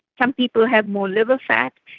some people have more liver fat,